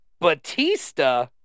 Batista